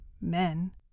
men